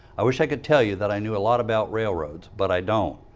i wish i could tell you that i knew a lot about railroads, but i don't.